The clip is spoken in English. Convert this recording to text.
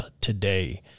today